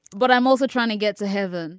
but i'm also trying to get to heaven